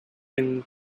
been